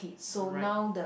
right